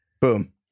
Boom